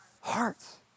hearts